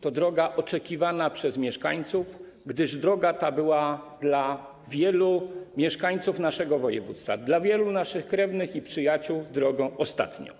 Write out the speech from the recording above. to droga oczekiwana przez mieszkańców, gdyż droga ta była dla wielu mieszkańców naszego województwa, dla wielu naszych krewnych i przyjaciół drogą ostatnią.